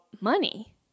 money